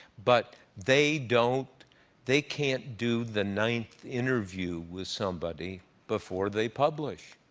but they don't they can't do the ninth interview with somebody before they publish.